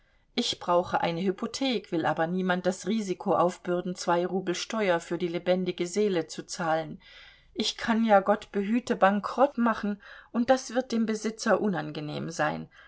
ich brauche eine hypothek will aber niemand das risiko aufbürden zwei rubel steuer für die lebendige seele zu zahlen ich kann ja gott behüte bankrott machen und das wird dem besitzer unangenehm sein